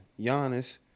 Giannis